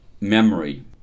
memory